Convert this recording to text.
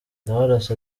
ndabarasa